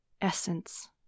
essence